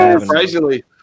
surprisingly